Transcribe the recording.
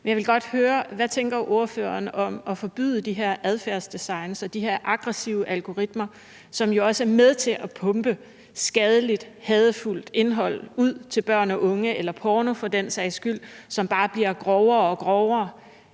Men jeg vil godt høre: Hvad tænker ordføreren om at forbyde de her adfærdsdesign og de her aggressive algoritmer, som jo også er med til at pumpe skadeligt, hadefuldt indhold ud til børn og unge, eller for den sags skyld porno, som bare bliver grovere og grovere?